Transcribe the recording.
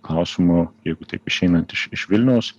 klausimų jeigu taip išeinant iš iš vilniaus